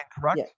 correct